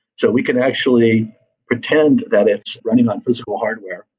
so we can actually pretend that it's running on physical hardware.